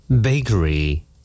Bakery